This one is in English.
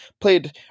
played